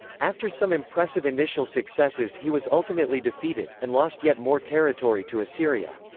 after some impressive initial successes he was ultimately defeated, and lost yet more territory to assyria.